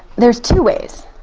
there's two ways.